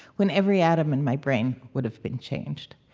when every atom in my brain would have been changed.